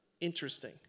Interesting